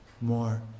more